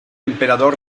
emperador